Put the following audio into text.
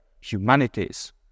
humanities